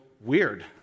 weird